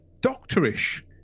doctorish